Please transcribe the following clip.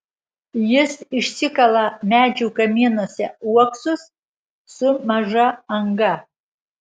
jis išsikala medžių kamienuose uoksus su maža anga